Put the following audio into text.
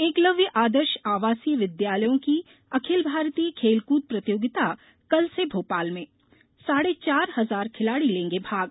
एकलव्य आदर्श आवासीय विद्यालयों की अखिल भारतीय खेलकृद प्रतियोगिता कल से भोपाल में साढ़े चार हजार खिलाड़ी लेंगे भाग